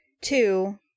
Two